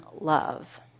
love